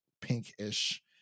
pinkish